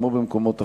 כמו במקומות אחרים,